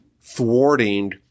thwarting